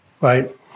Right